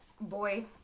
boy